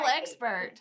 expert